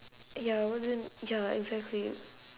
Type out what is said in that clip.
ya I wasn't ya exactly